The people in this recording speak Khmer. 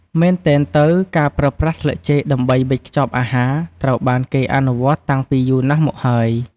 មែនទែនទៅ ការប្រើប្រាស់ស្លឹកចេកដើម្បីវេចខ្ចប់អាហារ ត្រូវបានគេអនុវត្តតាំងពីយូរណាស់មកហើយ។